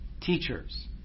teachers